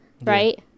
Right